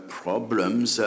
problems